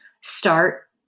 start